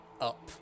up